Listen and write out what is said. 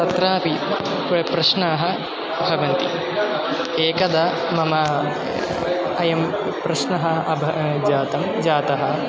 तत्रापि प प्रश्नाः भवन्ति एकदा मम अयं प्रश्नः अभवत् जातः जातः